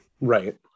right